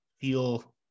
feel